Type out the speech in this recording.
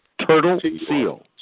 Turtleseal